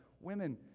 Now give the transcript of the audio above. Women